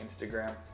Instagram